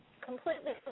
completely